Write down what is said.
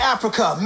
Africa